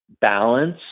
balance